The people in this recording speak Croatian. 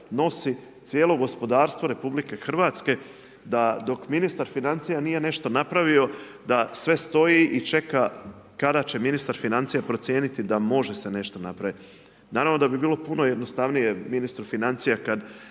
nosi cijelo gospodarstvo RH da dok ministar financija nije nešto napravio, da sve stoji i čeka kada će ministar financija procijeniti da može se nešto napraviti. Naravno da bi bilo puno jednostavnije ministru financija kad